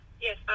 Yes